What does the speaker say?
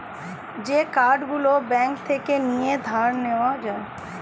যে কার্ড গুলো ব্যাঙ্ক থেকে নিয়ে ধার নেওয়া যায়